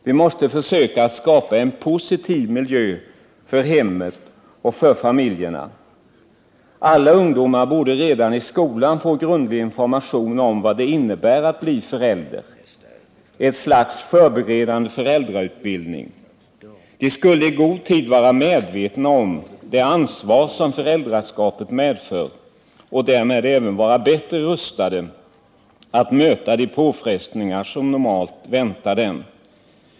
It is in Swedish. Vi måste försöka att skapa en positiv miljö för hem och familj. Alla ungdomar borde redan i skolan få grundlig information om vad det innebär att bli förälder, ett slags förberedande föräldrautbildning. De borde i god tid bli medvetna om det ansvar som föräldraskapet medför, så att de blir bättre rustade att möta de påfrestningar som normalt väntar dem.